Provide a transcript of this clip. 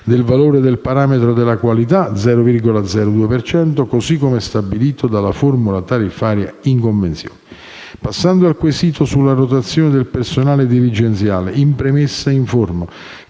del valore del parametro della qualità (0,02 per cento), così come stabilito dalla formula tariffaria in convenzione. Passando al quesito sulla rotazione del personale dirigenziale, in premessa informo